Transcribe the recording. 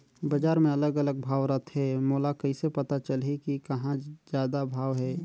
बजार मे अलग अलग भाव रथे, मोला कइसे पता चलही कि कहां जादा भाव हे?